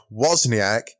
Wozniak